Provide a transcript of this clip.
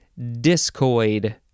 discoid